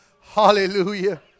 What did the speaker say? Hallelujah